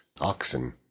oxen